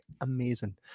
amazing